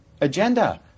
agenda